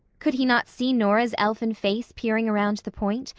could he not see nora's elfin face peering around the point,